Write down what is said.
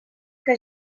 que